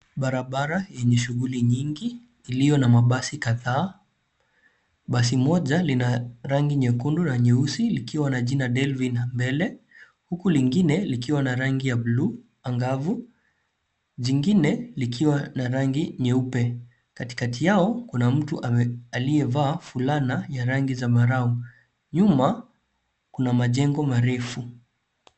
Barabara yenye shughuli nyingi iliyo na mabasi kadhaa. Basi moja lina rangi nyekundu na nyeusi likiwa na jina Delvin mbele, huku lingine likiwa na rangi ya buluu angavu, jingine likiwa na rangi nyeupe. Katikati yao kuna mtu aliyevaa fulana ya rangi zambarau. Nyuma kuna majengo marefu.